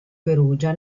perugia